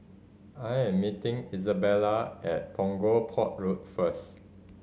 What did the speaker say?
I'm meeting Izabella at Punggol Port Road first